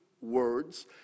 words